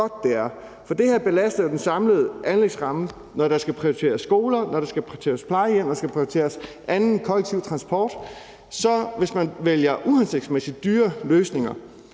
For det her belaster jo den samlede anlægsramme, når der skal prioriteres skoler, plejehjem eller anden kollektiv transport. Så hvis man vælger uhensigtsmæssigt dyre løsninger,